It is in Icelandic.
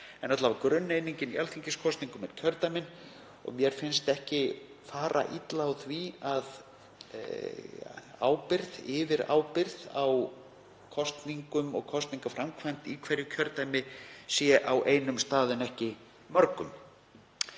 En grunneiningin í alþingiskosningum eru kjördæmin og mér finnst ekki fara illa á því að yfirábyrgð á kosningum og kosningaframkvæmd í hverju kjördæmi sé á einum stað en ekki mörgum.